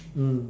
mm